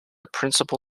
principal